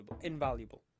invaluable